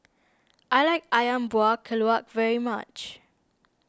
I like Ayam Buah Keluak very much